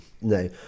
No